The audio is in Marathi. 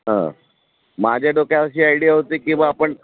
माझ्या डोक्यात अशी आयडिया होती की बुवा आपण